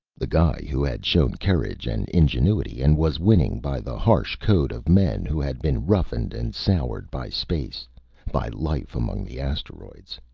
the guy who had shown courage and ingenuity, and was winning, by the harsh code of men who had been roughened and soured by space by life among the asteroids.